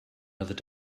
another